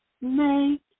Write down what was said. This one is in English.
make